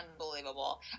unbelievable